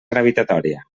gravitatòria